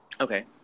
Okay